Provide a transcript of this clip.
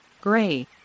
gray